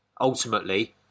ultimately